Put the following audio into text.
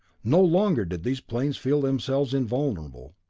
no longer did these planes feel themselves invulnerable,